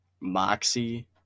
moxie